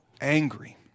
angry